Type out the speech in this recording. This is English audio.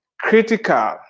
critical